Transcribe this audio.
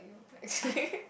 you